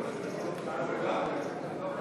נתקבלו.